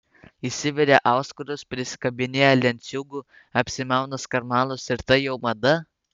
įsiveria auskarus prisikabinėja lenciūgų apsimauna skarmalus ir tai jau mada